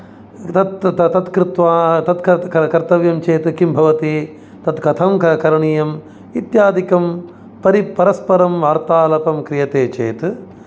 तत्तत् कृत्वा तत्कर कर्तव्यं चेत् किं भवति तत् कथं करणीयम् इत्यादिकं परि परस्परं वार्तालापं क्रियते चेत्